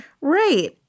Right